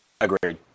Agreed